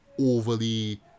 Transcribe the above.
overly